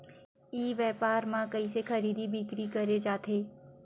ई व्यापार म कइसे खरीदी बिक्री करे जाथे?